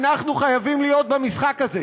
אנחנו חייבים להיות במשחק הזה,